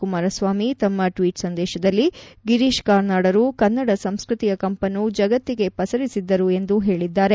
ಕುಮಾರಸ್ವಾಮಿ ತಮ್ಮ ಟ್ವೀಟ್ ಸಂದೇಶದಲ್ಲಿ ಗಿರೀಶರು ಕನ್ನಡ ಸಂಸ್ಕೃತಿಯ ಕಂಪನ್ನು ಜಗತ್ತಿಗೆ ಪಸರಿಸಿದ್ದರು ಎಂದು ಹೇಳಿದ್ದಾರೆ